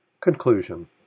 Conclusion